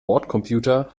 bordcomputer